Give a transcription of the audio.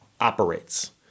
operates